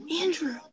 Andrew